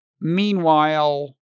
Meanwhile